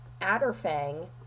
Adderfang